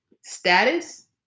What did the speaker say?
status